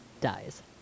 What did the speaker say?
dies